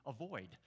avoid